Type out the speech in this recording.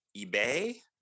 eBay